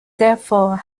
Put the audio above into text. therefore